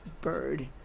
bird